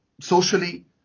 socially